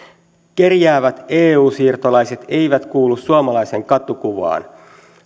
kerjäävät eu siirtolaiset eivät kuulu suomalaiseen katukuvaan